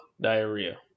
diarrhea